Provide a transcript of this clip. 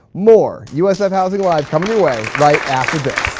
more, usf housing live! coming your way right after this.